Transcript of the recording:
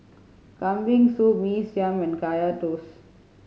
Kambing Soup Mee Siam and Kaya Toast